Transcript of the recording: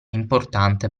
importante